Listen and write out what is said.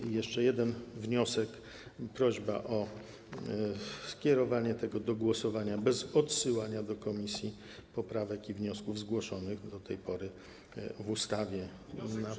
I jeszcze jeden wniosek, prośba o skierowanie tego do głosowania bez odsyłania do komisji poprawek i wniosków zgłoszonych do tej pory w odniesieniu do ustawy.